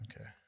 Okay